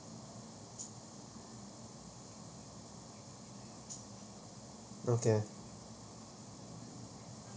okay